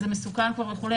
זה מסוכן כבר וכו'.